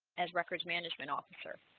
as records management officer,